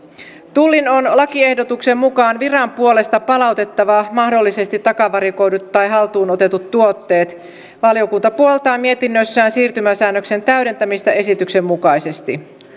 tullin on lakiehdotuksen mukaan viran puolesta palautettava mahdollisesti takavarikoidut tai haltuun otetut tuotteet valiokunta puoltaa mietinnössään siirtymäsäännöksen täydentämistä esityksen mukaisesti